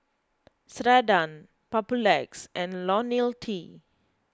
Ceradan Papulex and Ionil T